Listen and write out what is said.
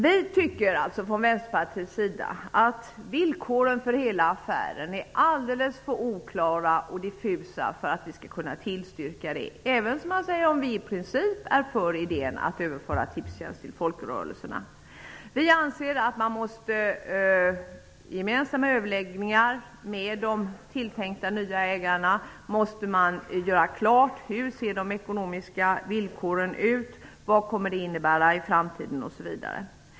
Vi från Vänsterpartiet tycker att villkoren för hela affären är alldeles för oklara och diffusa för att vi skulle kunna tillstyrka förslaget, även om vi i princip är för idén att överföra Tipstjänst till folkrörelserna. Vi anser att man i gemensamma överläggningar med de tilltänkta nya ägarna måste göra klart hur de ekonomiska villkoren ser ut, vad det kommer att innebära i framtiden osv.